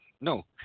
No